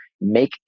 make